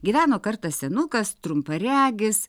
gyveno kartą senukas trumparegis